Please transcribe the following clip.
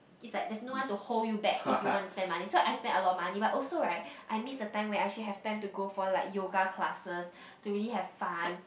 it's like there's no one to hold you back if you want to spend money so I spend a lot of money but also right I miss the time where I actually have time to go for like yoga classes to really have fun